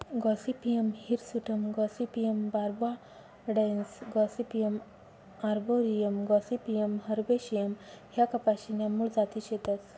Gossypium hirsutum Gossypium barbadense Gossypium arboreum Gossypium herbaceum ह्या कपाशी न्या मूळ जाती शेतस